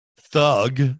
thug